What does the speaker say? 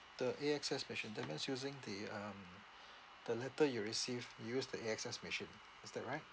the A_X_S machine that means using the um the letter you receive you use the A_X_S machine is that right